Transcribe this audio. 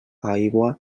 aigua